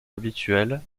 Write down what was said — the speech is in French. habituels